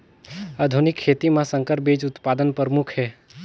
आधुनिक खेती म संकर बीज उत्पादन प्रमुख हे